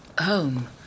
home